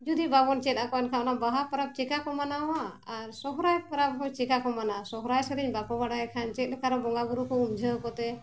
ᱡᱩᱫᱤ ᱵᱟᱵᱚᱱ ᱪᱮᱫ ᱟᱠᱚᱣᱟ ᱮᱱᱠᱷᱟᱱ ᱚᱱᱟ ᱵᱟᱦᱟ ᱯᱚᱨᱚᱵᱽ ᱪᱮᱠᱟ ᱠᱚ ᱢᱟᱱᱟᱣᱟ ᱟᱨ ᱥᱚᱦᱨᱟᱭ ᱯᱚᱨᱚᱵᱽ ᱦᱚᱸ ᱪᱮᱠᱟᱹ ᱠᱚ ᱢᱟᱱᱟᱣᱟ ᱥᱚᱦᱨᱟᱭ ᱥᱮᱨᱮᱧ ᱵᱟᱠᱚ ᱵᱟᱲᱟᱭ ᱠᱷᱟᱱ ᱪᱮᱫ ᱞᱮᱠᱟ ᱵᱚᱸᱜᱟ ᱵᱩᱨᱩ ᱠᱚ ᱩᱸᱢᱡᱷᱟᱹᱣ ᱠᱚᱛᱮ